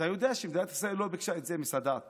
אתה יודע שמדינת ישראל לא ביקשה את זה מסאדאת